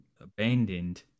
abandoned